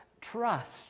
trust